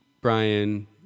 brian